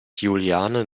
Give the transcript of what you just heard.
juliane